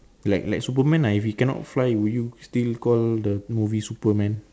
like like superman ah if he cannot fly would you still call the movie superman